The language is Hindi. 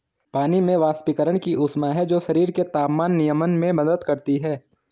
पानी में वाष्पीकरण की ऊष्मा है जो शरीर के तापमान नियमन में मदद करती है